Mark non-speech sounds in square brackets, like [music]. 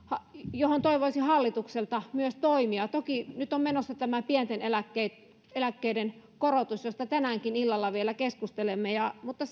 johon toivoisin hallitukselta myös toimia toki nyt on menossa tämä pienten eläkkeiden eläkkeiden korotus josta tänäänkin illalla vielä keskustelemme mutta [unintelligible]